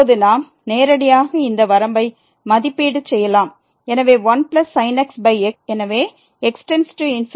இப்போது நாம் நேரடியாக இந்த வரம்பை மதிப்பீடு செய்யலாம் எனவே 1sin x x